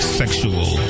sexual